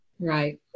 right